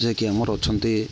ଯିଏକି ଆମର ଅଛନ୍ତି